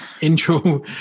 intro